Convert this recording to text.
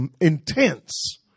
intense